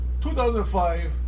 2005